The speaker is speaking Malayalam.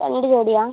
രണ്ട് ജോഡിയാണ്